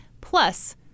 plus